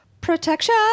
Protection